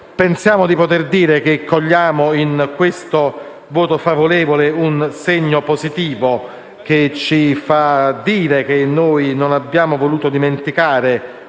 Pensiamo di poter dire che cogliamo in questo voto favorevole un segno positivo, che ci fa dire che non abbiamo voluto dimenticare